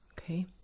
okay